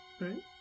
right